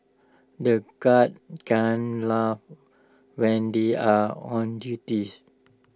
the guards can laugh when they are on duties